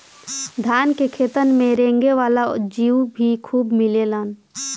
धान के खेतन में रेंगे वाला जीउ भी खूब मिलेलन